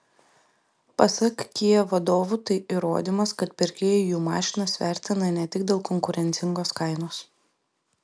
pasak kia vadovų tai įrodymas kad pirkėjai jų mašinas vertina ne tik dėl konkurencingos kainos